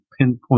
pinpoint